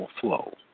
flow